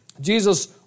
Jesus